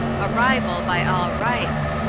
a rival by all rights,